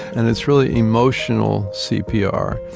and it's really emotional cpr.